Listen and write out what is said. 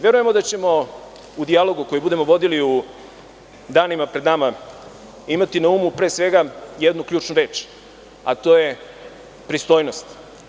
Verujemo da ćemo u dijalogu koji budemo vodili danima pred nama imati na umu pre svega jednu ključnu reč, a to je pristojnost.